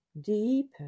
deeper